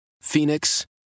Phoenix